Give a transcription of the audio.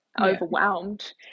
overwhelmed